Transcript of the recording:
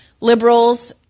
liberals